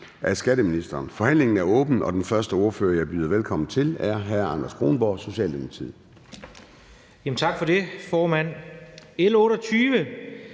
(Søren Gade): Forhandlingen er åbnet, og den første ordfører, jeg byder velkommen til, er hr. Anders Kronborg, Socialdemokratiet. Kl. 17:06 (Ordfører)